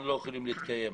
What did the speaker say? אנחנו לא יכולים להתקיים.